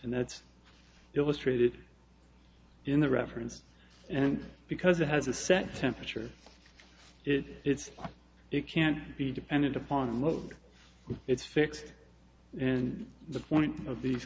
and that's illustrated in the reference and because it has a set temperature it it's it can be depended upon luck it's fixed and the point of these